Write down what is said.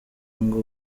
ngo